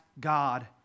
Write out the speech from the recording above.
God